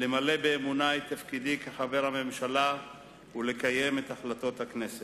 למלא באמונה את תפקידי כחבר הממשלה ולקיים את החלטות הכנסת.